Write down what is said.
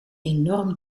enorm